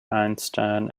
einstein